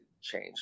change